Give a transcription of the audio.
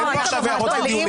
אין פה עכשיו הערות ודיונים.